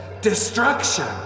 destruction